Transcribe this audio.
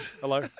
Hello